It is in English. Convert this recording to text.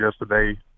yesterday